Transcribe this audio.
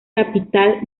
capital